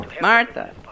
Martha